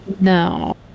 No